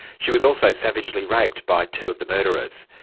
she was also savagely raped by two of the murderers.